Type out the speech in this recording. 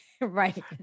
Right